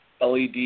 LED